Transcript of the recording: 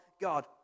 God